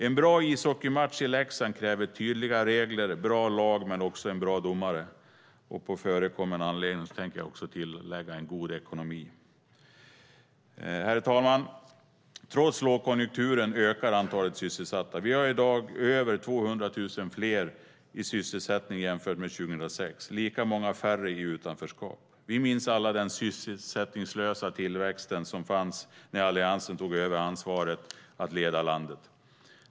En bra ishockeymatch i Leksand kräver tydliga regler och bra lag men också en bra domare. På förekommen anledning tänker jag också tillägga: en god ekonomi. Herr talman! Trots lågkonjunkturen ökar antalet sysselsatta. Vi har i dag över 200 000 fler i sysselsättning jämfört med 2006. Det är lika många färre i utanförskap. Vi minns alla den sysselsättningslösa tillväxt som fanns när Alliansen tog över ansvaret att leda landet.